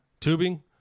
tubing